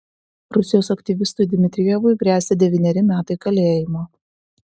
rusijos aktyvistui dmitrijevui gresia devyneri metai kalėjimo